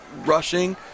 rushing